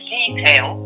detail